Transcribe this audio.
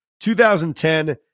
2010